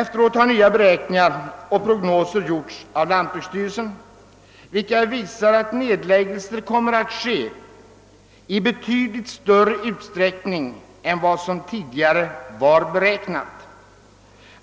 Efteråt har nya beräkningar och prognoser gjorts av lantbruksstyrelsen, vilka visar att nedläggelser kommer att äga rum i betydligt större utsträckning än vad som tidigare var förutsett.